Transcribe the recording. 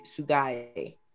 Sugai